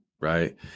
Right